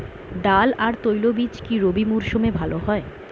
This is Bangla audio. ডাল আর তৈলবীজ কি রবি মরশুমে ভালো হয়?